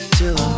till